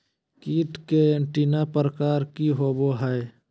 कीट के एंटीना प्रकार कि होवय हैय?